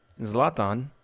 Zlatan